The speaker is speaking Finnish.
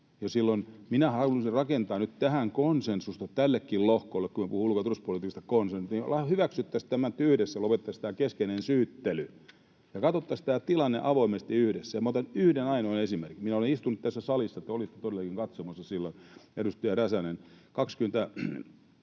Minä haluaisin rakentaa nyt konsensusta tällekin lohkolle — kun me puhumme ulko- ja turvallisuuspolitiikassakin konsensuksesta — niin että hyväksyttäisiin tämä nyt yhdessä, lopetettaisiin tämä keskinäinen syyttely ja katsottaisiin tämä tilanne avoimesti yhdessä. Otan yhden ainoan esimerkin: Minä olen istunut tässä salissa syksyllä 20 — te olitte todellakin katsomossa silloin, edustaja Räsänen